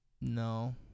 No